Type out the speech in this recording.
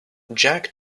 jack